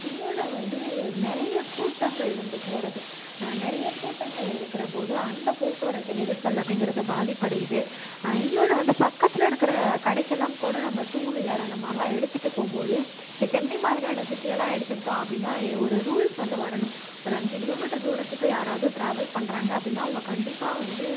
இன்னொன்று வந்து நிறைய கூட்டங்கள் வந்து போகிறது நிறைய கூட்டங்கள் இருக்கிற போது அந்த போக்குவரத்து நெரிசல் அப்படிங்குறது பாதிப்படையுது இன்னொன்று வந்து பக்கத்தில் இருக்கிற கடைக்கெல்லாம் கூட நம்ம டூவீலர் அந்த மாதிரிலாம் எடுத்துட்டு போகும் போது இந்த சென்னை மாதிரியான சிட்டியெல்லாம் எடுத்துக்கிட்டோம் அப்படினா ஒரு ரூல்ஸ் வந்து வரணும் ஒரு அஞ்சு கிலோமீட்ரு தூரத்துக்கு யாராவது டிராவல் பண்ணுறாங்க அப்படினா அவங்கள் கண்டிப்பாக வந்து